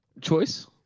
choice